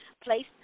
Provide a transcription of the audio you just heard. Place